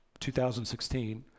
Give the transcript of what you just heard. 2016